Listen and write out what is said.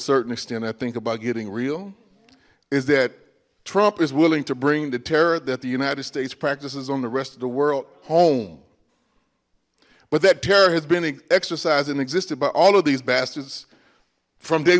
certain extent i think about getting real is that trump is willing to bring the terror that the united states practices on the rest of the world home but that terror has been exercised and existed by all of these bastards from day